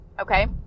Okay